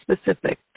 specific